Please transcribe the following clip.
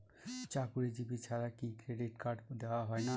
চাকুরীজীবি ছাড়া কি ক্রেডিট কার্ড দেওয়া হয় না?